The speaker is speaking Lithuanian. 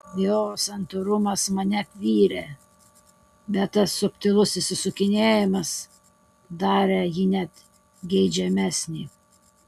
jo santūrumas mane apvylė bet tas subtilus išsisukinėjimas darė jį net geidžiamesnį